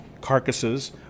carcasses